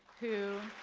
who.